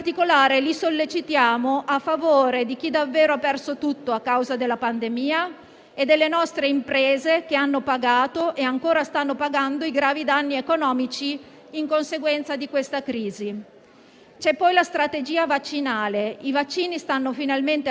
La transizione digitale richiede invece di mettere all'opera competenze specifiche di professionisti ben formati e aggiornati rispetto allo stato dell'arte, mentre, purtroppo, troppe volte, nei servizi informatici della pubblica amministrazione